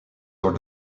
are